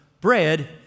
bread